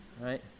Right